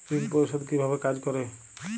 ঋণ পরিশোধ কিভাবে কাজ করে?